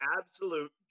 absolute